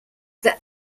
that